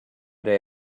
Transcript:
day